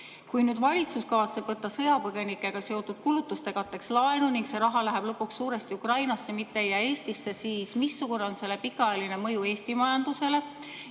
Kui nüüd valitsus kavatseb võtta sõjapõgenikega seotud kulutuste katteks laenu ning see raha läheb lõpuks suuresti Ukrainasse, mitte ei jää Eestisse, siis missugune on selle pikaajaline mõju Eesti majandusele?